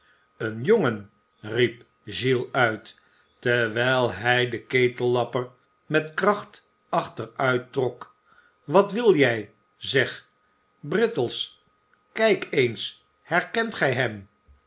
een jongen riep oiles uit terwijl hij den ketellapper met kracht achteruittrok wat wil jij zeg brittles kijk eens herkent gij hem